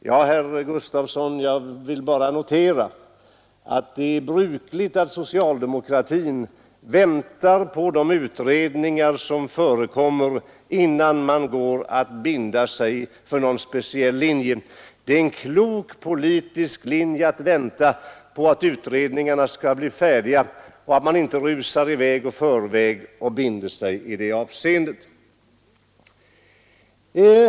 Ja, herr Gustavsson, jag vill bara notera att det är brukligt att socialdemokraterna, innan de binder sig för någon speciell linje, väntar på de utredningar som arbetar. Det är klok politik att vänta på att utredningar skall bli färdiga, så att man inte rusar i väg och binder sig i förväg.